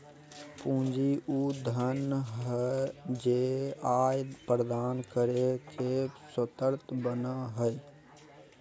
पूंजी उ धन हइ जे आय प्रदान करे के स्रोत बनो हइ